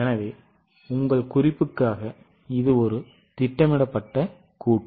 எனவே உங்கள் குறிப்புக்காக இது ஒரு திட்டமிடப்பட்ட கூற்று